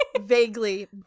vaguely